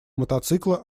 мотоцикла